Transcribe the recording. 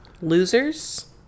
Losers